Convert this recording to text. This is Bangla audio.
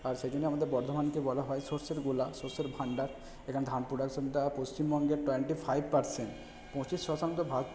আর সে জন্য আমাদের বর্ধমানকে বলা হয় শস্যের গোলা শস্যের ভান্ডার এখানে ধান প্রোডাকশানটা পশ্চিমবঙ্গের টোয়েন্টি ফাইভ পার্সেন্ট পঁচিশ শতাংশ ভাগ